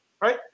right